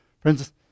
Friends